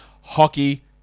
hockey